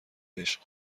عشق